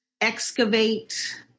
excavate